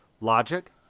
logic